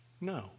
No